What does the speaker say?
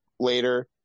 later